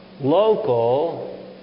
local